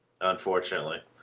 unfortunately